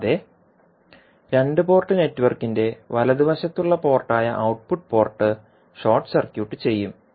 കൂടാതെ രണ്ട് പോർട്ട് നെറ്റ്വർക്കിന്റെ വലതുവശത്തുള്ള പോർട്ടായ ഔട്ട്പുട്ട് പോർട്ട് ഷോർട്ട് സർക്യൂട്ട് ചെയ്യും